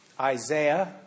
Isaiah